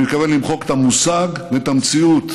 אני מתכוון למחוק את המושג ואת המציאות,